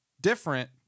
different